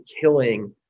killing